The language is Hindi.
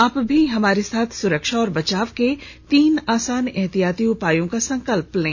आप भी हमारे साथ सुरक्षा और बचाव के तीन आसान एहतियाती उपायों का संकल्प लें